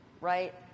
right